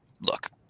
look